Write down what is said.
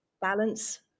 balance